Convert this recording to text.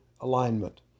alignment